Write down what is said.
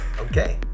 Okay